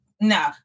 no